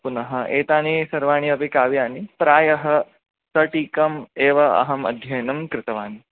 पुनः एतानि सर्वाणि अपि काव्यानि प्रायः सटीकम् एव अहम् अध्ययनं कृतवान्